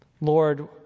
Lord